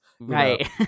Right